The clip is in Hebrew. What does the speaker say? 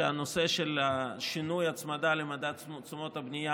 והנושא של שינוי ההצמדה למדד תשומות הבנייה